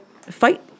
fight